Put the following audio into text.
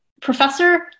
professor